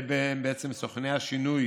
הם בעצם סוכני השינוי